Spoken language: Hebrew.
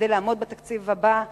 כדי לעמוד בתקציב הבא,